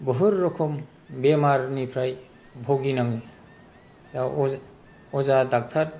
बुहुद रोखोम बेमारनिफ्राय भुगिनाङो दा अजा डक्टर